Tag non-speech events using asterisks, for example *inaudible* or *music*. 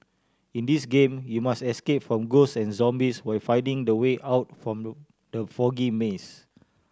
in this game you must escape from ghosts and zombies while finding the way out from *unintelligible* the foggy maze